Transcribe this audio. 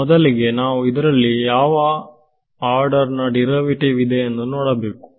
ಮೊದಲಿಗೆ ನಾವು ಇದರಲ್ಲಿ ಯಾವ ಆಡರ್ ನ ಡಿರೈವೇಟಿವ್ ಇದೆ ಇಂದು ನೋಡಬೇಕು